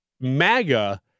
MAGA